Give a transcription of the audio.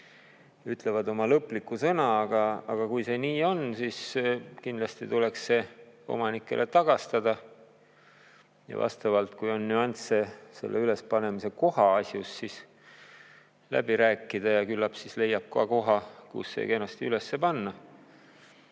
ütlevad oma lõpliku sõna. Aga kui see nii on, siis kindlasti tuleks see omanikele tagastada. Ja kui on nüansse selle ülespanemise koha asjus, siis [tuleb need] läbi rääkida ja küllap leiab koha, kus see kenasti üles panna.